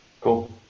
Cool